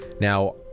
Now